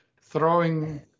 throwing